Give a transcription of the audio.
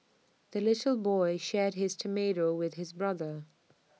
the little boy shared his tomato with his brother